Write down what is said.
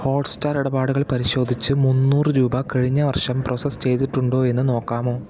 hot star ഇടപാടുകൾ പരിശോധിച്ച് മുന്നൂറുരൂപ കഴിഞ്ഞ വർഷം പ്രോസസ്സ് ചെയ്തിട്ടുണ്ടോ എന്ന് നോക്കാമോ